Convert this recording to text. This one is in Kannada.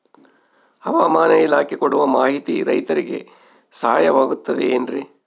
ಹವಮಾನ ಇಲಾಖೆ ಕೊಡುವ ಮಾಹಿತಿ ರೈತರಿಗೆ ಸಹಾಯವಾಗುತ್ತದೆ ಏನ್ರಿ?